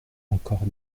encore